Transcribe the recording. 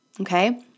okay